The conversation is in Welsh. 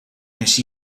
nes